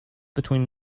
between